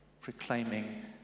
proclaiming